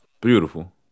beautiful